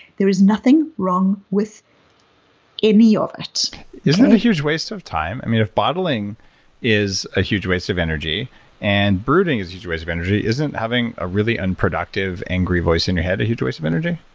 there is nothing wrong with any of it. isn't it a huge waste of time? i mean, if bottling is a huge waste of energy and brooding is just a waste of energy, isn't having a really unproductive angry voice in your head a huge waste of energy?